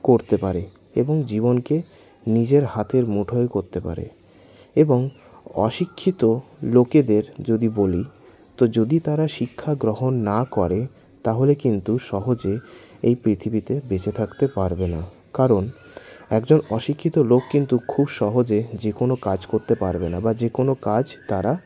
করতে পারে এবং জীবনকে নিজের হাতের মুঠোয় করতে পারে এবং অশিক্ষিত লোকেদের যদি বলি তো যদি তারা শিক্ষা গ্রহণ না করে তাহলে কিন্তু সহজে এই পৃথিবীতে বেঁচে থাকতে পারবে না কারণ একজন অশিক্ষিত লোক কিন্তু খুব সহজে যে কোনো কাজ করতে পারবে না বা যে কোনো কাজ তারা